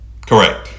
Correct